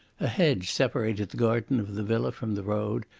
a hedge separated the garden of the villa from the road,